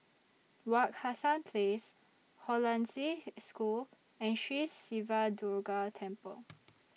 Wak Hassan Place Hollandse School and Sri Siva Durga Temple